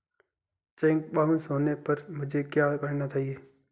Check bounce होने पर मुझे क्या करना चाहिए?